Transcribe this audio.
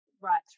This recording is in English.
right